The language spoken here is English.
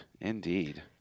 Indeed